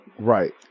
Right